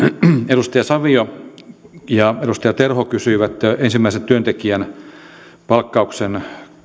edustaja savio ja edustaja terho kysyivät ensimmäisen työntekijän palkkauksen